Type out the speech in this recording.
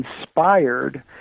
inspired